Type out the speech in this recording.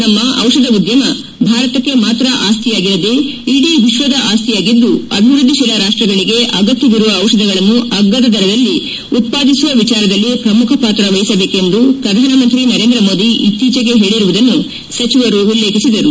ನಮ್ನ ದಿಷಧ ಉದ್ದಮ ಭಾರತಕ್ಷೆ ಮಾತ್ರ ಆಸ್ತಿಯಾಗಿರದೇ ಇಡೀ ವಿಶ್ವದ ಆಸ್ತಿಯಾಗಿದ್ದು ಅಭಿವೃದ್ದಿ ತೀಲ ರಾಷ್ಷಗಳಗೆ ಅಗತ್ಯವಿರುವ ದಿಷಧಗಳನ್ನು ಅಗ್ಗದ ದರದಲ್ಲಿ ಉತ್ಪಾದಿಸುವ ವಿಚಾರದಲ್ಲಿ ಶ್ರಮುಖ ಪಾತ್ರ ವಹಿಸಬೇಕೆಂದು ಪ್ರಧಾನಮಂತ್ರಿ ನರೇಂದ್ರಮೋದಿ ಇತ್ತೀಚೆಗೆ ಹೇಳರುವುದನ್ನು ಸಚಿವರು ಉಲ್ಲೇಖಿಸಿದರು